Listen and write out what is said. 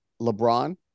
LeBron